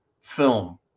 film